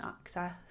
access